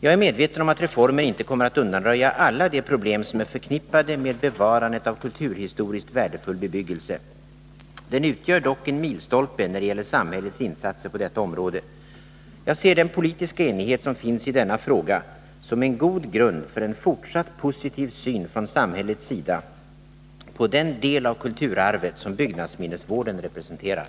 Jag är medveten om att reformen inte kommer att undanröja alla de problem som är förknippade med bevarandet av kulturhistoriskt värdefull bebyggelse. Den utgör dock en milstolpe när det gäller samhällets insatser på detta område. Jag ser den politiska enighet som finns i denna fråga som en god grund för en fortsatt positiv syn från samhällets sida på den del av kulturarvet som byggnadsminnesvården representerar.